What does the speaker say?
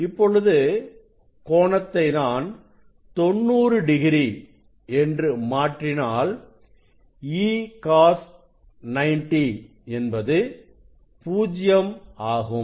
இப்பொழுது கோணத்தை நான் 90 டிகிரி என்று மாற்றினால் E Cos 90 என்பது 0 ஆகும்